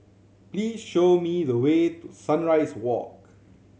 please show me the way to Sunrise Walk